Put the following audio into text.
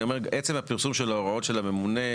עצם הפרסום של ההוראות של הממונה,